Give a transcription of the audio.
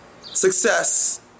success